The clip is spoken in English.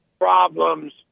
problems